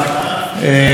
כשהיינו בפגרה,